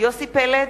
יוסי פלד,